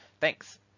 Thanks